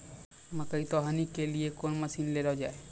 मकई तो हनी के लिए कौन मसीन ले लो जाए?